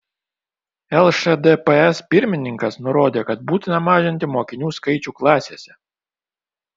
lšdps pirmininkas nurodė kad būtina mažinti mokinių skaičių klasėse